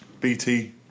BT